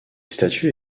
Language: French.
statuts